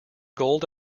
gold